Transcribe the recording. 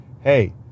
hey